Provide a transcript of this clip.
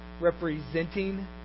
representing